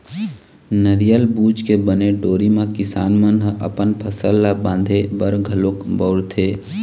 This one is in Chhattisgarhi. नरियर बूच के बने डोरी म किसान मन ह अपन फसल ल बांधे बर घलोक बउरथे